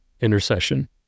intercession